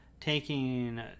Taking